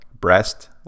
breast